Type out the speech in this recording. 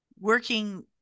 working